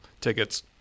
tickets